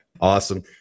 Awesome